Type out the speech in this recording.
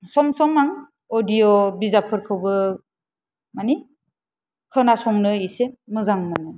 सम सम आं अडिय' बिजाबफोरखौबो माने खोनासंनो एसे मोजां मोनो